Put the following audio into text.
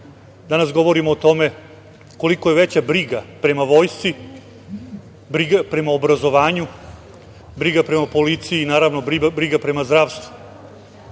danas govorimo o tome koliko je veća briga prema vojsci, briga prema obrazovanju, briga prema policiji, prema zdravstvu.